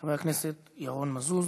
חבר הכנסת ירון מזוז.